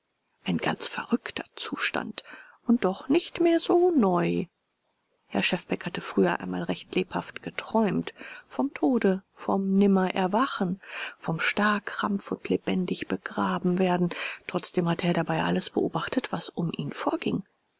ein ganz verrückter zustand und doch nicht mehr so neu herr schefbeck hatte früher manchmal recht lebhaft geträumt vom tode vom nimmererwachen vom starrkrampf und lebendig begraben werden trotzdem hatte er dabei alles beobachtet was um ihn vorging